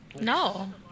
No